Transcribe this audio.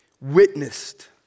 witnessed